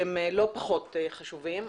שהם לא פחות חשובים,